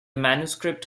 manuscript